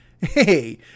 Hey